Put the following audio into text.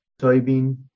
soybean